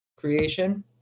creation